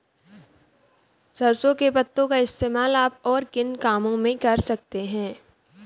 सरसों के पत्तों का इस्तेमाल आप और किन कामों में कर सकते हो?